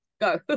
Go